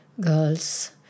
girls